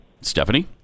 Stephanie